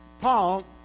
Paul